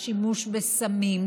לשימוש בסמים,